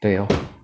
对 orh